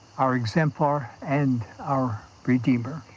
our exemplar, and our redeemer.